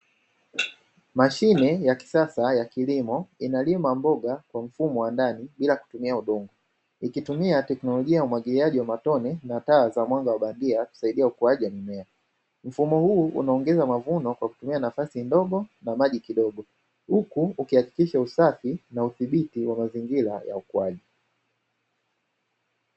Mashine ya kisasa ya kilimo inalima mboga kwa mfumo wa ndani bila kutumia udongo, ikitumia tekinolojia ya umwagiliaji wa matone na taa za mwanga wa bandia kusaidia ukuaji wa mimea, mfumo huu unaongeza mavuno kwa kutumia nafasi ndogo na maji kidogo huku ukihakikisha usafi na uthibiti wa mazingira ya ukuaji.